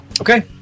okay